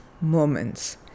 moments